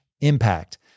impact